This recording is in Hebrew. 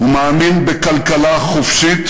הוא מאמין בכלכלה חופשית,